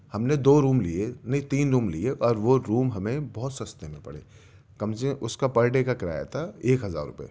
ہم نے دو روم لئے نہیں تین روم لئے اور وہ روم ہمیں بہت سستے میں پڑے کم سے اس کا پر ڈے کا کرایا تھا ایک ہزار روپئے